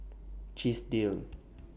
Chesdale